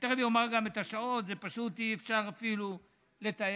ותכף אומר גם את השעות, ופשוט אי-אפשר אפילו לתאר,